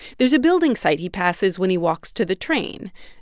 there's a building site he passes when he walks to the train.